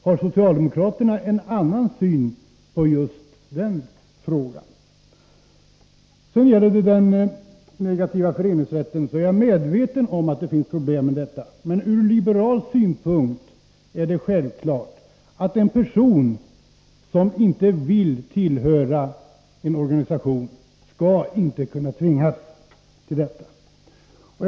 Har socialdemokraterna en annan syn på just den frågan? Jag är medveten om att det finns problem med den negativa föreningsrätten, men från liberal synpunkt är det självklart att en person som inte vill tillhöra en organisation inte skall kunna tvingas till detta.